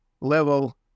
level